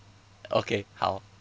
okay how